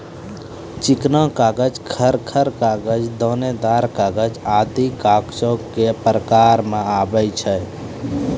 चिकना कागज, खर खर कागज, दानेदार कागज आदि कागजो क प्रकार म आवै छै